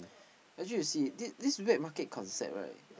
actually you see this this wet market concept right